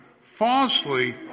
falsely